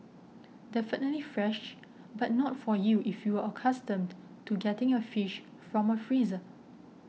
definitely fresh but not for you if you're accustomed to getting your fish from a freezer